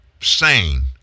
sane